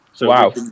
Wow